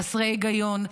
חסרי היגיון,